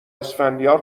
اسفندیار